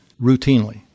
routinely